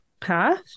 path